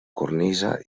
cornisa